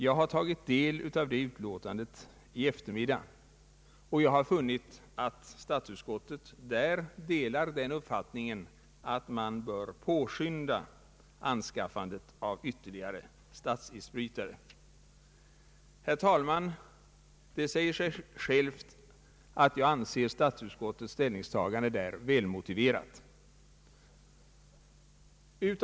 Jag har tagit del av det utlåtandet i eftermiddag, och jag har funnit att statsutskottet delar uppfattningen att man bör påskynda anskaffandet av ytterligare statsisbrytare. Herr talman! Det säger sig självt att jag anser statsutskottets ställningstagande i detta avseende välmotiverat.